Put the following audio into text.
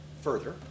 further